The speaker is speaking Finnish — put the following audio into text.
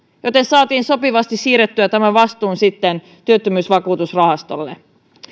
joten saatiin sopivasti siirrettyä vastuu sitten työttömyysvakuutusrahastolle